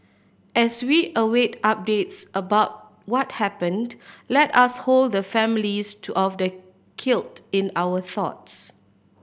as we await updates about what happened let us hold the families to of the killed in our thoughts